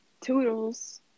Toodles